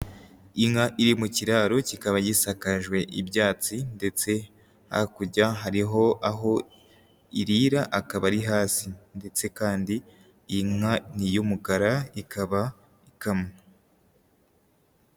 Inka iri mu kiraro kikaba gisakajwe ibyatsi ndetse hakurya hariho aho irira akaba ari hasi, ndetse kandi inka ni iy'umukara ikaba ikamwa.